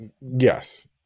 yes